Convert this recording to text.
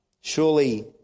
surely